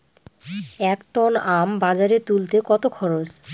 এক টন আম বাজারে তুলতে কত খরচ?